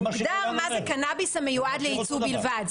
מוגדר מה זה קנאביס המיועד לייצוא בלבד.